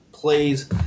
plays